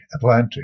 Atlantic